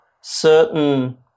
certain